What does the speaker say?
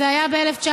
זה היה ב-1996,